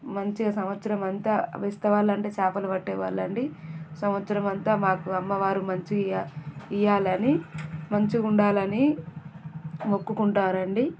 మంచిగ సంవత్సరమంతా బేస్తవాళ్ళంటే చేపలు పట్టేవాళ్ళండి సంవత్సరమంతా మాకు అమ్మవారు మంచిగ ఇవ్వాలని మంచిగ ఉండాలని మొక్కుకుంటారండి